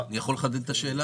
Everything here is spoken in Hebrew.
אני יכול לחדד את השאלה?